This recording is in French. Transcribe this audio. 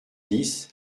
dix